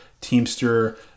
teamster